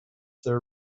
their